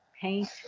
paint